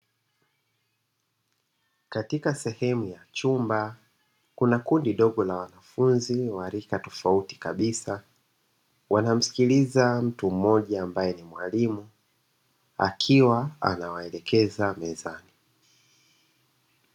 Katika sehemu ya chumba kuna kundi dogo la wanafunzi wa rika tofauti kabisa. Wanamsikiliza mtu mmoja ambaye ni mwalimu akiwa anawaelekeza mezani.